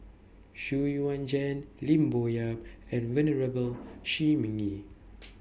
Xu Yuan Zhen Lim Bo Yam and Venerable Shi Ming Yi